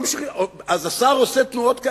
אז השר עושה תנועות כאלה.